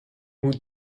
moet